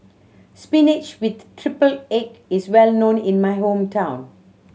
spinach with triple egg is well known in my hometown